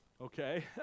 Okay